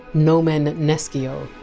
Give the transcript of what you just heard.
nomen nescio,